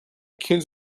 kids